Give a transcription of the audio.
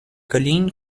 collines